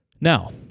Now